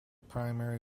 primary